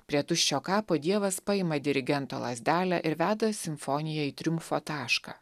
prie tuščio kapo dievas paima dirigento lazdelę ir veda simfoniją į triumfo tašką